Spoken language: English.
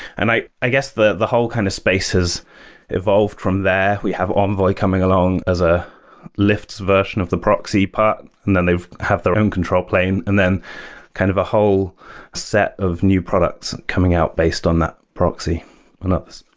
and i i guess the the whole kind of space has evolved from there. we have envoy coming along as a lyft's version of the proxy part, and then they have their own control plane. and then kind of a whole set of new products coming out based on that proxy and others.